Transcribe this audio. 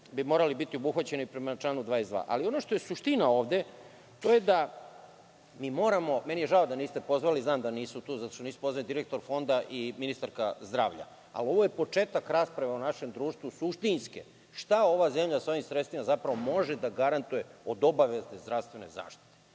morali biti obuhvaćeni prema članu 22. Ali, ono što je suština ovde, to je da mi moramo, meni je žao da niste pozvali direktora Fonda i ministarku zdravlja, ali ovo je početak rasprave o našem društvu, suštinske, šta ova zemlja sa ovim sredstvima zapravo može da garantuje od obavezne zdravstvene zaštite. Još